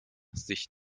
sich